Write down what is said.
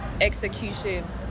execution